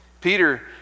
peter